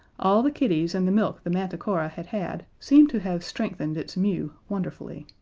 all the kitties and the milk the manticora had had seemed to have strengthened its mew wonderfully.